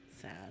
Sad